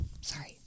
sorry